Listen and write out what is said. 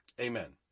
Amen